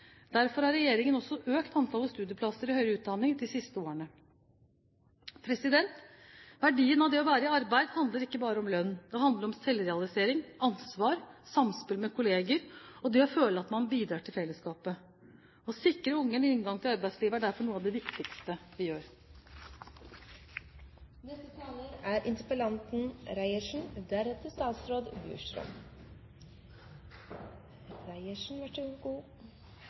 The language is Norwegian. Derfor har regjeringen også økt antallet studieplasser i høyere utdanning de siste årene. Verdien av det å være i arbeid handler ikke bare om lønn. Det handler om selvrealisering, ansvar, samspill med kollegaer og det å føle at man bidrar til fellesskapet. Å sikre unge en inngang til arbeidslivet er derfor noe av det viktigste vi